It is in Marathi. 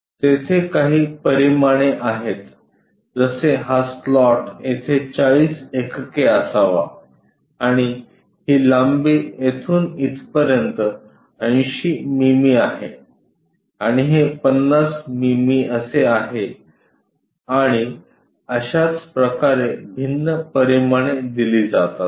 येथे काही परिमाणे आहेत जसे हा स्लॉट येथे 40 एकके असावा आणि ही लांबी येथून तिथपर्यंत 80 मिमी आहे आणि हे 50 मिमी असे आहे आणि अशाच प्रकारे भिन्न परिमाणे दिली जातात